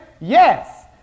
yes